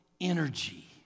energy